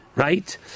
right